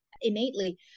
innately